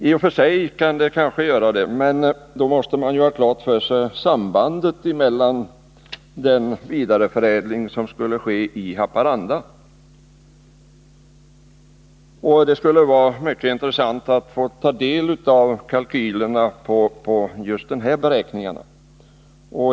I och för sig kan de kanske göra det, men då måste man ha klart för sig sambandet mellan den vidareförädling som skulle ske i Haparanda. Det skulle vara mycket intressant att få ta del av kalkylerna när det gäller just de här beräkningarna.